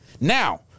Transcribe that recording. Now